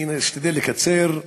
אני אשתדל לקצר,